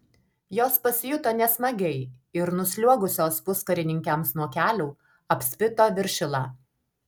jos pasijuto nesmagiai ir nusliuogusios puskarininkiams nuo kelių apspito viršilą